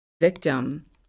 victim